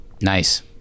Nice